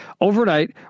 Overnight